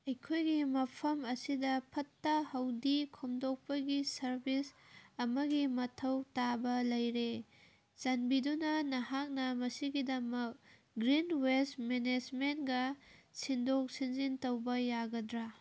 ꯑꯩꯈꯣꯏꯒꯤ ꯃꯐꯝ ꯑꯁꯤꯗ ꯐꯠꯇ ꯍꯥꯎꯗꯤ ꯈꯣꯝꯒꯠꯄꯒꯤ ꯁꯥꯔꯕꯤꯁ ꯑꯃꯒꯤ ꯃꯊꯧ ꯇꯥꯕ ꯂꯩꯔꯦ ꯆꯥꯟꯕꯤꯗꯨꯅ ꯅꯍꯥꯛꯅ ꯃꯁꯤꯒꯤꯗꯃꯛ ꯒ꯭ꯔꯤꯟ ꯋꯦꯁ ꯃꯦꯅꯦꯁꯃꯦꯟꯒ ꯁꯤꯟꯗꯣꯛ ꯁꯤꯟꯖꯤꯟ ꯇꯧꯕ ꯌꯥꯒꯗ꯭ꯔꯥ